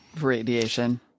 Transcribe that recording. Radiation